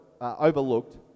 overlooked